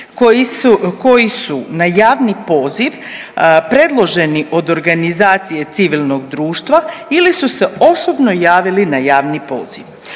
koji su na javni poziv preloženi od organizacije civilnog društva ili su se osobno javili na javni poziv.